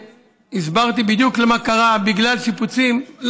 והסברתי בדיוק מה קרה: בגלל שיפוצים,